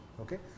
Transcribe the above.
okay